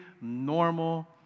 normal